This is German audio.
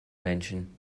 menschen